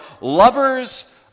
lovers